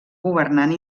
governant